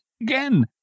again